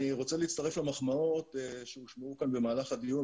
אני רוצה להצטרף למחמאות שהושמעו כאן במהלך הדיון.